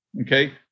Okay